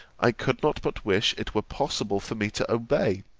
i could not but wish it were possible for me to obey,